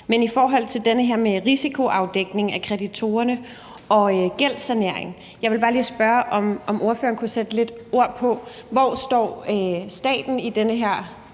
Men i forhold til det her med risikoafdækning af kreditorerne og gældssanering vil jeg bare lige spørge, om ordføreren kunne sætte lidt ord på, hvordan staten står i den her